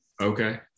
Okay